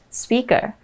speaker 。